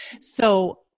So-